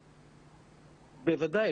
בוודאי.